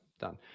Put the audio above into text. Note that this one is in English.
done